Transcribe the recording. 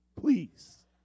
please